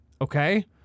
Okay